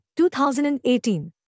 2018